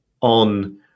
on